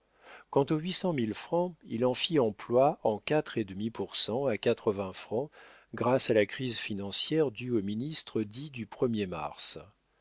quant aux huit cent mille francs il en fit emploi en quatre et demi pour cent à quatre-vingts francs grâce à la crise financière due au ministère dit du premier mars